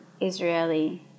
Israeli